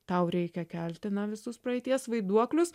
tau reikia keltina visus na praeities vaiduoklius